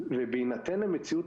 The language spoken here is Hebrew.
בהינתן המציאות